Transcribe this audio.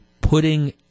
putting